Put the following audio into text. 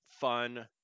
fun